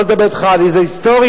אני לא מדבר אתך על איזו היסטוריה.